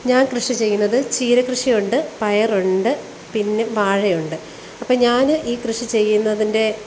ഞാൻ കൃഷി ചെയ്യുന്നത് ചീരക്കൃഷിയുണ്ട് പയറുണ്ട് പിന്നെ വാഴയുണ്ട് അപ്പോൾ ഞാൻ ഈ കൃഷി ചെയ്യുന്നതിന്റെ